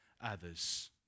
others